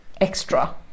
extra